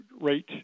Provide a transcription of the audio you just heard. rate